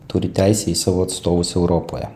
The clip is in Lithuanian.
turi teisę į savo atstovus europoje